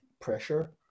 pressure